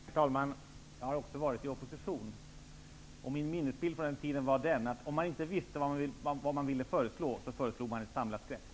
Herr talman! Också jag har varit i oppositionsställning. Min minnesbild från den tiden var den att om man inte visste vad man ville föreslå, föreslog man ett samlat grepp.